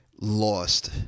lost